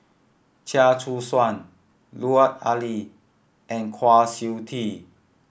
Chia Choo Suan Lut Ali and Kwa Siew Tee